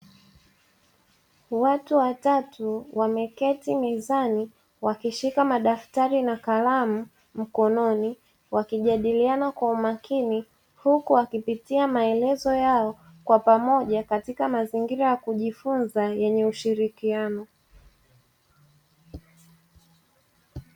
Watu watatu wameketi mezani wakishika madaftari na kalamu mkononi, wakijadiliana kwa umakini huku wakipitia maelezo yao kwa pamoja katika mazingira ya kujifunza yenye ushirikiano.